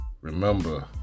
remember